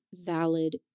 valid